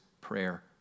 prayer